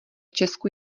česku